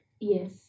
Yes